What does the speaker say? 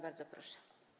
Bardzo proszę.